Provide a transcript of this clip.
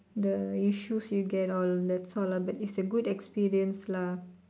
the issues you get all that's all but it's a good experience lah